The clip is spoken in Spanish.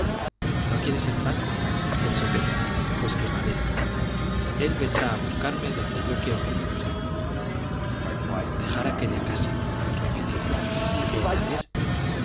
no quiere ser franco pensó petra pues que padezca él vendrá a buscarme donde quiero que me busque dejar aquella casa repitió qué he de hacer